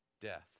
death